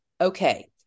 okay